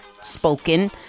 spoken